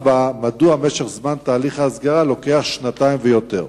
4. מדוע תהליך ההסגרה נמשך שנתיים ויותר?